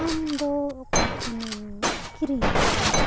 ᱟᱢ ᱫᱚ ᱚᱠᱟ ᱠᱷᱚᱱᱮᱢ ᱠᱤᱨᱤᱧᱮᱜᱼᱟ